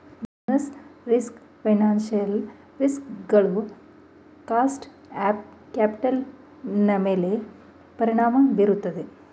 business risk financial risk ಗಳು cost of capital ನನ್ಮೇಲೆ ಪರಿಣಾಮ ಬೀರುತ್ತದೆ